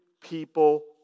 people